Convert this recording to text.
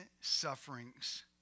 sufferings